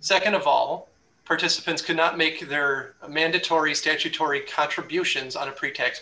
second of all participants cannot make their or mandatory statutory contributions on a pretext